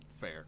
fair